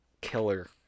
killer